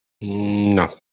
No